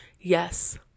Yes